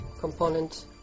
component